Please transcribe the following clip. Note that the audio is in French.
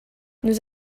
nous